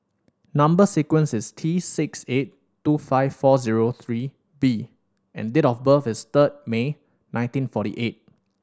number sequence is T six eight two five four zero three B and date of birth is third May nineteen forty eight